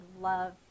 love